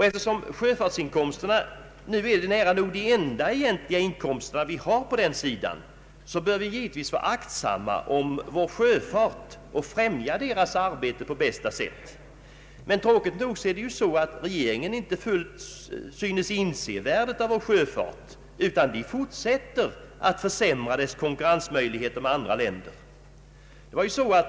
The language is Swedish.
Eftersom sjöfartsinkomsterna är nära nog de enda egentliga inkomster vi har på den andra sidan, så bör vi givetvis vara aktsamma om vår sjöfart och främja dess arbete på bästa sätt. Tråkigt nog synes regeringen inte fullt inse värdet av vår sjöfart, utan regeringen fortsätter att försämra dess konkurrensmöjligheter med andra länder.